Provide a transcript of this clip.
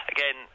Again